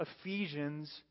Ephesians